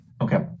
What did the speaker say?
okay